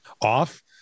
Off